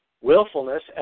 Willfulness